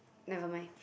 never mind